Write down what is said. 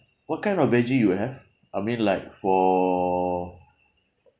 what kind of veggie you have I mean like for